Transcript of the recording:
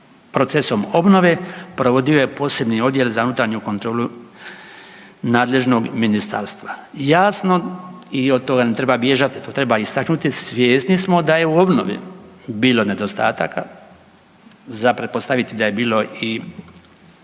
procesom obnove provodio je poseban odjel za unutarnju kontrolu nadležnog ministarstva. Jasno i od toga ne treba bježati, to treba istaknuti, svjesni smo da je u obnovi bilo nedostataka. Za pretpostaviti je da je bilo i